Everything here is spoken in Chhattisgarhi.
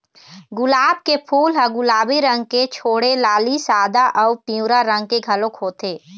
गुलाब के फूल ह गुलाबी रंग के छोड़े लाली, सादा अउ पिंवरा रंग के घलोक होथे